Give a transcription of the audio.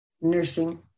nursing